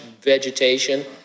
vegetation